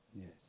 Yes